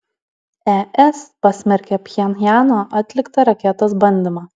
es pasmerkė pchenjano atliktą raketos bandymą